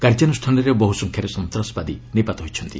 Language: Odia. କାର୍ଯ୍ୟାନୁଷ୍ଠାନରେ ବହୁ ସଂଖ୍ୟାରେ ସନ୍ତାସବାଦୀ ନିପାତ ହୋଇଛନ୍ତି